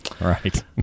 Right